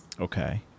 Okay